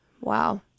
Wow